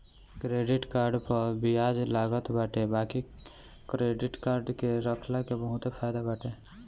credit card पअ बियाज लागत बाटे बाकी क्क्रेडिट कार्ड के रखला के बहुते फायदा बाटे